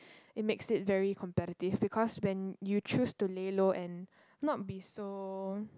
it makes it very competitive because when you choose to lay low and not be so